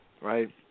Right